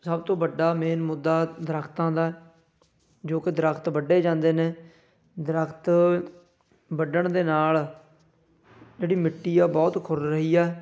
ਸਭ ਤੋਂ ਵੱਡਾ ਮੇਨ ਮੁੱਦਾ ਦਰੱਖਤਾਂ ਦਾ ਜੋ ਕਿ ਦਰੱਖਤ ਵੱਢੇ ਜਾਂਦੇ ਨੇ ਦਰੱਖਤ ਵੱਢਣ ਦੇ ਨਾਲ ਜਿਹੜੀ ਮਿੱਟੀ ਆ ਬਹੁਤ ਖੁਰ ਰਹੀ ਹੈ